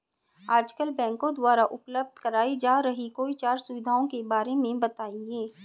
आजकल बैंकों द्वारा उपलब्ध कराई जा रही कोई चार सुविधाओं के बारे में बताइए?